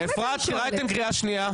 אפרת רייטן, קריאה שנייה.